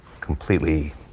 completely